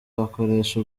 bakoresha